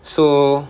so